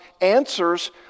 answers